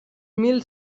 mil